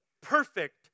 perfect